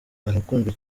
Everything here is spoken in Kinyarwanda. arakunzwe